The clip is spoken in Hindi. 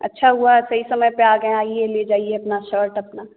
अच्छा हुआ सही समय पे आ गए हैं आइए ले जाइए अपना शर्ट अपना